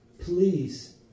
Please